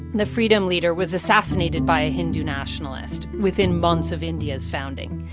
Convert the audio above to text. the freedom leader, was assassinated by a hindu nationalist within months of india's founding.